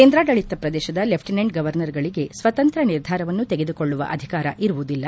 ಕೇಂದ್ರಾಡಳಿತ ಪ್ರದೇಶದ ಲೆಫ್ಲಿನೆಂಟ್ ಗೌವರ್ನರ್ಗಳಿಗೆ ಸ್ವತಂತ್ರ ನಿರ್ಧಾರವನ್ನು ತೆಗೆದುಕೊಳ್ಳುವ ಅಧಿಕಾರ ಇರುವುದಿಲ್ಲ